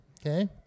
Okay